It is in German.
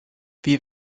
wie